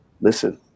listen